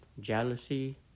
jealousy